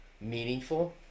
meaningful